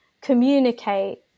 communicate